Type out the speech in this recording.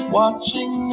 watching